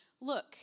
Look